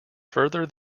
further